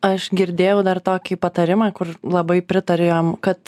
aš girdėjau dar tokį patarimą kur labai pritariu jam kad